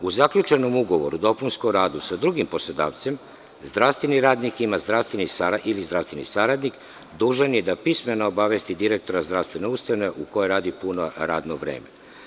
U zaključenom ugovoru o radu sa drugim poslodavcem zdravstveni radnik ili zdravstveni saradnik dužan je da pismeno obavesti direktora zdravstvene ustanove u kojoj radi puno radno vreme.